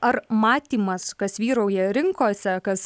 ar matymas kas vyrauja rinkose kas